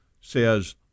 says